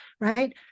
right